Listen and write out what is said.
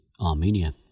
Armenia